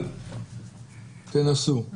תנסו.